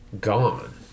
gone